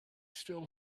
still